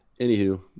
Anywho